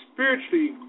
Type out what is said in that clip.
Spiritually